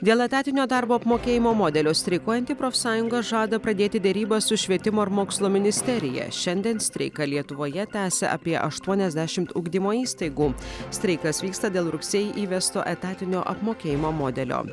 dėl etatinio darbo apmokėjimo modelio streikuojanti profsąjunga žada pradėti derybas su švietimo ir mokslo ministerija šiandien streiką lietuvoje tęsia apie aštuoniasdešimt ugdymo įstaigų streikas vyksta dėl rugsėjį įvesto etatinio apmokėjimo modelio